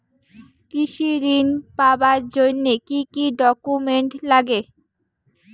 কৃষি ঋণ পাবার জন্যে কি কি ডকুমেন্ট নাগে?